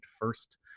first